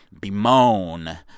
bemoan